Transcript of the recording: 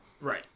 Right